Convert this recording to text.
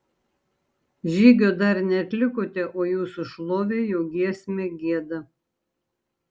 žygio dar neatlikote o jūsų šlovei jau giesmę gieda